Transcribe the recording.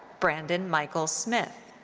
brandon michael smith.